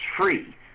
free